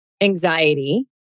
anxiety